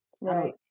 right